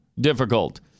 difficult